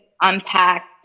unpacked